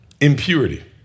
Impurity